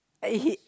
eh he